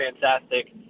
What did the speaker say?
fantastic